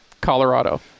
Colorado